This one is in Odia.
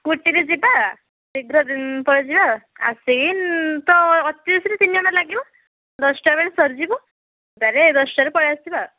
ସ୍କୁଟିରେ ଯିବା ଶୀଘ୍ର ପଳେଇଯିବା ଆସିକି ନ ତ ଅତିବେଶୀରେ ତିନିଘଣ୍ଟା ଲାଗିବ ଦଶଟା ବେଳେ ସରିଯିବ ତାରେ ଦଶଟାରେ ପଳେଇ ଆସିବା